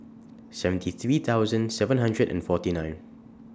seventy three thousand seven hundred and forty nine